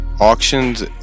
auctions